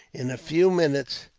in a few minutes,